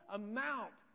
amount